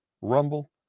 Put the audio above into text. Rumble